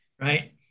Right